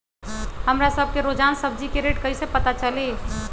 हमरा सब के रोजान सब्जी के रेट कईसे पता चली?